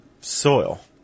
soil